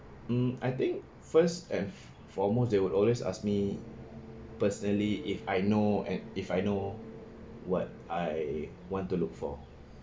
mm I think first and foremost they would always ask me personally if I know and if I know what I want to look for